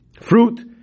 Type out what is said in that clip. fruit